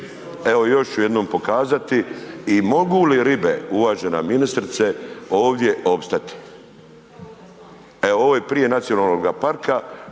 evo još ću jednom pokazati i mogu li ribe, uvažena ministrice, ovdje opstati? Evo ovo je prije Nacionalnoga parka,